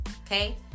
Okay